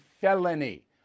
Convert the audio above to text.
felony